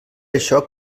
això